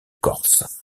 corse